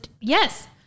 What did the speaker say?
yes